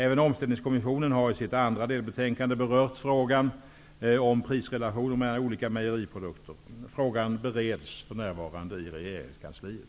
Även Omställningskommissionen har i sitt andra delbetänkande berört frågan om prisrelationer mellan olika mejeriprodukter. Frågan bereds för närvarande i regeringskansliet.